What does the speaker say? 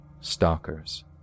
stalkers